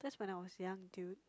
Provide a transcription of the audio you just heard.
that's when I was young dude